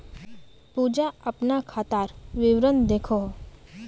पूजा अपना खातार विवरण दखोह